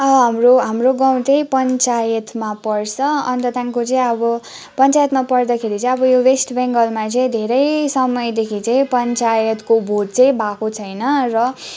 हाम्रो हाम्रो गाउँ चाहिँ पन्चायतमा पर्छ अन्त त्यहाँदेखिको चाहिँ अब पन्चायतमा पर्दाखेरि चाहिँ अब यो वेस्ट बेङ्गालमा चाहिँ धेरै समयदेखि चाहिँ पन्चायतको भोट चाहिँ भएको छैन र